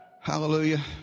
Hallelujah